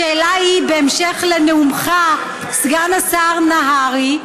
השאלה היא בהמשך לנאומך, סגן השר נהרי,